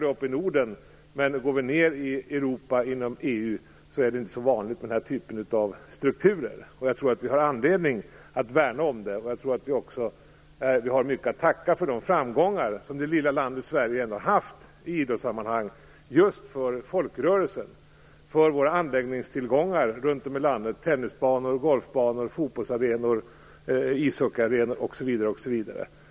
Den finns i Norden, men längre ned i Europa, inom EU, är det inte så vanligt med den här typen av strukturer. Jag tror att vi har anledning att värna om den här folkrörelsen. Vi har den folkrörelsen och våra anläggningstillgångar runt om i landet - tennisbanor, golfbanor, fotbollsarenor, ishockeyarenor osv. - att tacka för många av de framgångar som det lilla landet Sverige ändå har haft i idrottssammanhang.